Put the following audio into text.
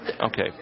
Okay